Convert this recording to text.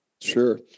Sure